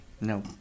No